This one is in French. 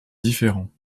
différents